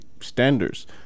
standards